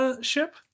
ship